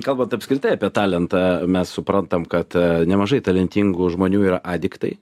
kalbant apskritai apie talentą mes suprantam kad nemažai talentingų žmonių yra adiktai